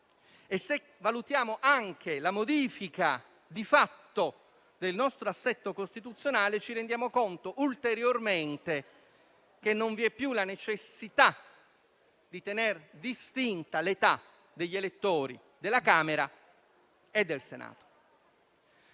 E se valutiamo anche la modifica di fatto del nostro assetto costituzionale, ci rendiamo conto ulteriormente che non vi è più la necessità di tenere distinta l'età degli elettori della Camera e del Senato.